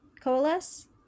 Coalesce